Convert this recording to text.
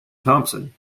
thompson